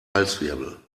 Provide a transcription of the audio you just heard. halswirbel